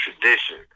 tradition